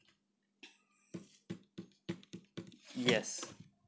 yes